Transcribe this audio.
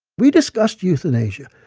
we discussed euthanasia,